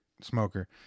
Smoker